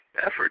effort